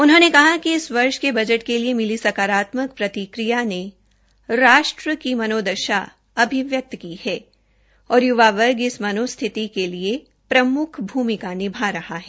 उन्होंने कहा कि इस वर्ष के बजट के लिए मिली सकारात्मक प्रतिकिया ने राष्ट्र की मनोदषा अभिव्यक्त की है और युवा वर्ग इस मनो स्थिति के लिए प्रमुख भूमिका निभाग रहा है